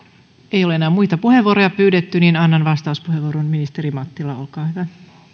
ei ole enää muita puheenvuoroja pyydetty niin että annan vastauspuheenvuoron ministeri mattila olkaa hyvä